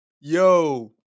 yo